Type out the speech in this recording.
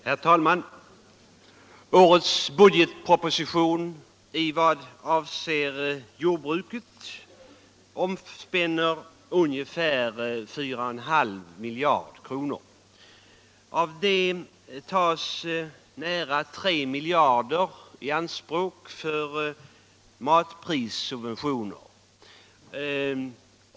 Herr talman! Årets budgetproposition omspänner vad jordbruket beträffar ungefär 4,5 miljarder kr. Av detta belopp tas nära 3 miljarder kr. i anspråk för matprissubventioner.